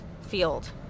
field